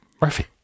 Murphy